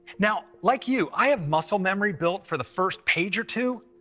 now, like you, i have muscle memory built for the first page or two,